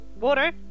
Water